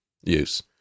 use